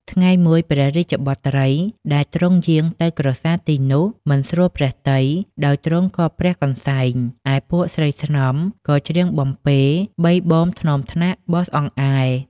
ថ្ងៃមួយព្រះរាជបុត្រីដែលទ្រង់យាងទៅក្រសាលទីនោះ មិនស្រួលព្រះទ័យ ដោយទ្រង់ក៏ព្រះកន្សែង ឯពួកស្រីស្នំក៏ច្រៀងបំពេបីបមថ្នមថ្នាក់បោសអង្អែល